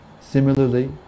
Similarly